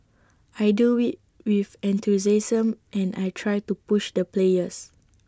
I do IT with enthusiasm and I try to push the players